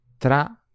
Tra